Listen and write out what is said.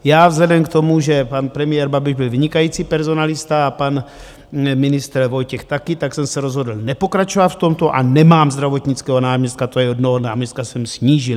Já, vzhledem k tomu, že pan premiér Babiš byl vynikající personalista a pan ministr Vojtěch taky, tak jsem se rozhodl nepokračovat v tomto a nemám zdravotnického náměstka, jednoho náměstka jsem snížil.